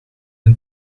een